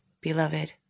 beloved